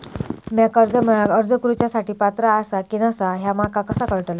म्या कर्जा मेळाक अर्ज करुच्या साठी पात्र आसा की नसा ह्या माका कसा कळतल?